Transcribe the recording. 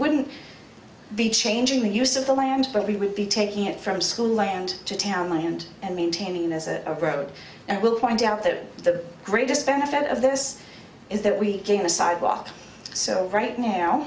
wouldn't be changing the use of the land but we would be taking it from school land to town my hand and maintaining as a road and will point out that the greatest benefit of this is that we gain the sidewalks so right now